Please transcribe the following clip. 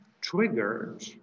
triggered